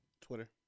Twitter